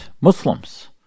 muslims